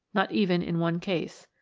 not even in one case.